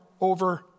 over